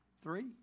Three